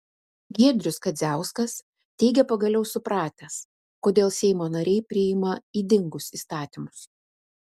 giedrius kadziauskas teigia pagaliau supratęs kodėl seimo nariai priima ydingus įstatymus